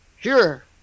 Sure